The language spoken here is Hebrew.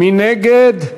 מי נגד?